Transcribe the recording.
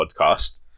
podcast